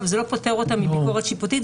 אבל זה לא פוטר אותם מביקורת שיפוטית,